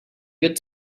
good